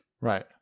right